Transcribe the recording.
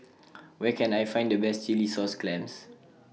Where Can I Find The Best Chilli Sauce Clams